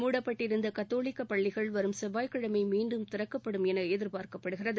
மூடப்பட்டிருந்த கத்தோலிக்க பள்ளிகள் வரும் செவ்வாய்க்கிழமை மீன்டும் திறக்கப்படும் என எதிர்ப்பார்க்கப்படுகிறது